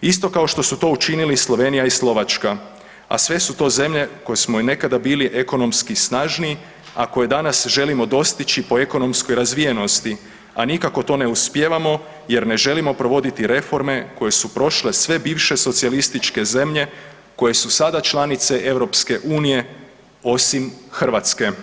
isto kao što su to učinili Slovenija i Slovačka, a sve su to zemlje koje smo i nekada bili ekonomski snažniji, a koje danas želimo dostići po ekonomskoj razvijenosti, a nikako to ne uspijevamo jer ne želimo provoditi reforme koje su prošle sve bivše socijalističke zemlje koje su sada članice EU osim Hrvatske.